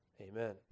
Amen